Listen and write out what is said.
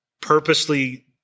purposely